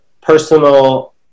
personal